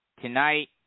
tonight